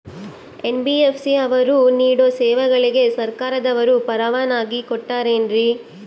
NBFC ಅವರು ನೇಡೋ ಸೇವೆಗಳಿಗೆ ಸರ್ಕಾರದವರು ಪರವಾನಗಿ ಕೊಟ್ಟಾರೇನ್ರಿ?